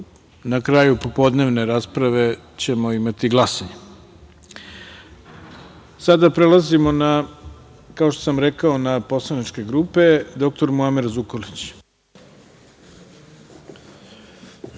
Na kraju popodnevne rasprave ćemo imati glasanje. Sada prelazimo na, kao što sam rekao, poslaničke grupe. Reč ima dr Muamer